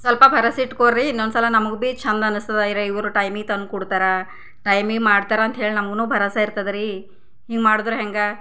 ಸ್ವಲ್ಪ ಭರೋಸೆ ಇಟ್ಕೋ ರಿ ಇನ್ನೊಂದ್ಸಲ ನಮಗೆ ಭೀ ಚಂದ ಅನಸ್ತದ ಅರೆ ಇವರು ಟೈಮಿಗೆ ತಂದು ಕೊಡ್ತಾರೆ ಟೈಮಿಗೆ ಮಾಡ್ತಾರೆ ಅಂತ್ಹೇಳಿ ನಮ್ಗು ಭರೋಸಾ ಇರ್ತದೆ ರಿ ಹಿಂಗೆ ಮಾಡಿದ್ರೆ ಹೆಂಗೆ